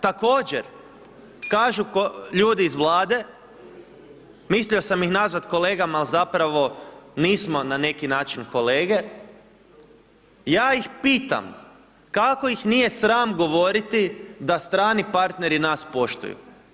Također kažu ljudi iz Vlade mislio sam ih nazvati kolegama ali zapravo nismo na neki način kolege, ja ih pitam kako ih nije sram govoriti da strani partneri nas poštuju.